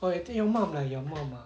oh I think your mum lah your mum ah